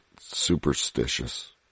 superstitious